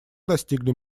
достигли